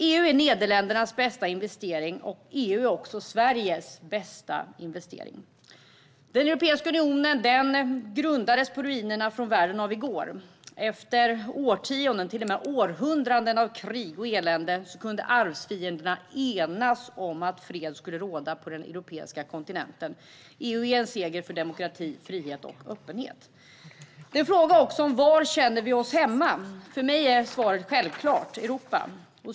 EU är Nederländernas bästa investering, och det är också Sveriges bästa investering. Europeiska unionen grundades på ruinerna från världen av i går. Efter årtionden, till och med århundraden, av krig och elände kunde arvfienderna enas om att fred skulle råda på den europeiska kontinenten. EU är en seger för demokrati, frihet och öppenhet. Det är också en fråga om var vi känner oss hemma. För mig är svaret självklart: Europa.